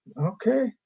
Okay